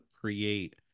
create